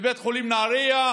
מבית חולים נהריה,